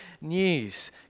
news